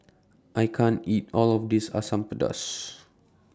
I can't eat All of This Asam Pedas